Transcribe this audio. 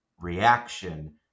reaction